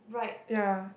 ya